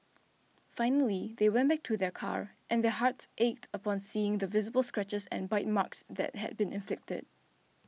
finally they went back to their car and their hearts ached upon seeing the visible scratches and bite marks that had been inflicted